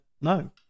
no